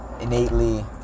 innately